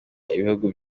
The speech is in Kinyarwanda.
ibihugu